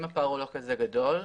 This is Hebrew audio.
אם הפער הוא לא כזה גדול,